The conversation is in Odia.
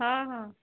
ହଁ ହଁ